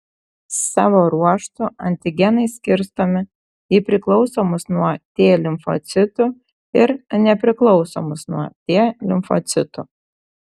savo ruožtu antigenai skirstomi į priklausomus nuo t limfocitų ir nepriklausomus nuo t limfocitų